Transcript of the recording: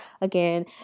again